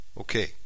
Okay